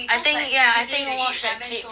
I think ya I think watch that clip